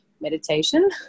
meditation